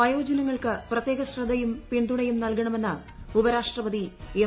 വയോജനങ്ങൾക്ക് പ്രത്യേക ശ്രദ്ധയും പിന്തുണയും നൽകണമെന്ന് ഉപരാഷ്ട്രിപ്പതി ്എം